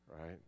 Right